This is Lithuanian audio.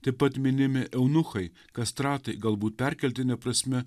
taip pat minimi eunuchai kastratai galbūt perkeltine prasme